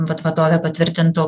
vat vadovė patvirtintų